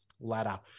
ladder